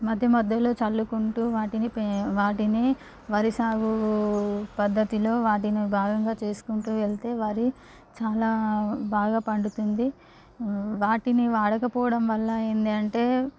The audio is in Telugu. మధ్య మధ్యలో చల్లుకుంటూ వాటిని పే వాటిని వరి సాగు పద్దతిలో వాటిని భాగంగా చేసుకుంటూ వెళ్తే వరి చాలా బాగా పండుతుంది వాటిని వాడకపోవడం వల్ల ఏందిఅంటే